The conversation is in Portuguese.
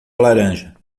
laranja